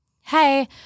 hey